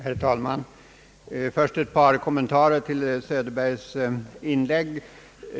Herr talman! Först ett par kommentarer till herr Söderbergs inlägg.